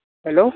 hello